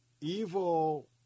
Evil